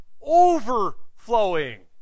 Overflowing